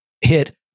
hit